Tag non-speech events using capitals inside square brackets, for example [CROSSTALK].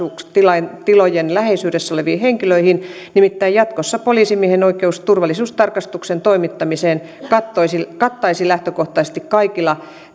läheisyydessä oleviin henkilöihin nimittäin jatkossa poliisimiehen oikeus turvallisuustarkastuksen toimittamiseen kattaisi kattaisi lähtökohtaisesti kaikilla [UNINTELLIGIBLE]